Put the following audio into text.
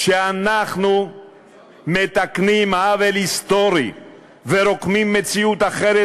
שאנחנו מתקנים עוול היסטורי ורוקמים מציאות אחרת